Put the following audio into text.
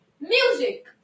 Music